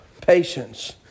patience